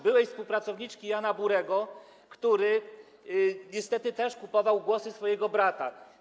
byłej współpracowniczki Jana Burego, który niestety też kupował głosy swojego brata.